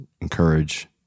encourage